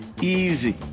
Easy